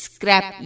Scrap